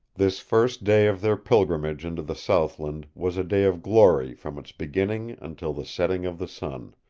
this first day of their pilgrimage into the southland was a day of glory from its beginning until the setting of the sun.